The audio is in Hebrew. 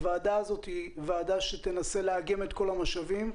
הוועדה הזאת תנסה לאגם את כל המשאבים,